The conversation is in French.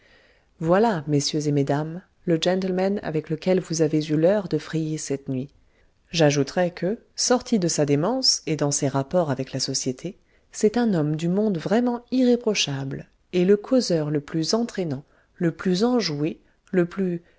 voilà messieurs et mesdames le gentleman avec lequel vous avez eu l'heur de frayer cette nuit j'ajouterai que sorti de sa démence et dans ses rapports avec la société c'est un homme du monde vraiment irréprochable et le causeur le plus entraînant le plus enjoué le plus